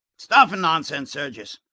stuff and nonsense, sergius.